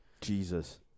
Jesus